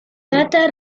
cata